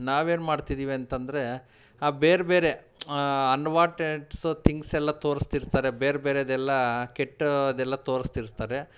ನಾವೇನು ಮಾಡ್ತಿದ್ದೀವಿ ಅಂತಂದರೆ ಆ ಬೇರೆ ಬೇರೆ ಅನ್ವಾಂಟೆಡ್ಸ ಥಿಂಗ್ಸೆಲ್ಲ ತೋರಿಸ್ತಿರ್ತಾರೆ ಬೇರೆ ಬೇರೆದೆಲ್ಲ ಕೆಟ್ಟದ್ದೆಲ್ಲ ತೋರಿಸ್ತಿರ್ತಾರೆ